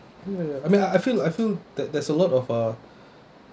ya ya ya I mean I I feel I feel that there's a lot of uh